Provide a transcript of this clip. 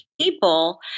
people